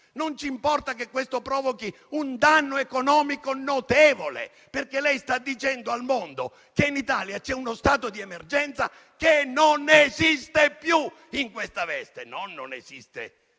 Non ci importa che questo provochi un danno economico notevole? Lei infatti sta dicendo al mondo che in Italia c'è uno stato di emergenza che non esiste più, in questa veste; non è che non